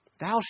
Thou